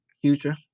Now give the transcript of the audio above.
future